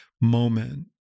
moment